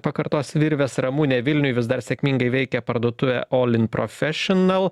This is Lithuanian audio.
pakartos virvės ramunė vilniuj vis dar sėkmingai veikia parduotuvė all in professional